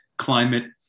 climate